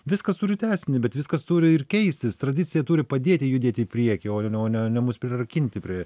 viskas turi tęsinį bet viskas turi ir keistis tradicija turi padėti judėti į priekį o o ne ne mus prirakinti prie